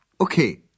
Okay